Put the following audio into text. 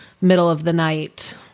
middle-of-the-night